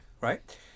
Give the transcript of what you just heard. Right